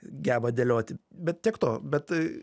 geba dėlioti bet tiek to bet